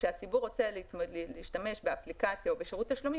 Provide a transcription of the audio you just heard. כשהציבור רוצה להשתמש באפליקציה או בשירות תשלומים,